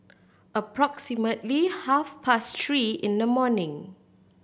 approximately half past three in the morning